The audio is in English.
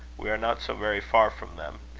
we are not so very far from them.